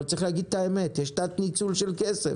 אבל צריך להגיד את האמת, יש תת ניצול של כסף.